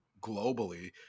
globally